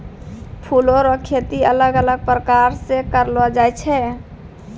फूलो रो खेती अलग अलग प्रकार से करलो जाय छै